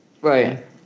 Right